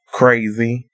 crazy